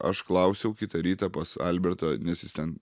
aš klausiau kitą rytą pas albertą nes jis ten